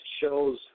shows